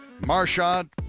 Marshawn